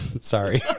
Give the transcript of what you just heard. Sorry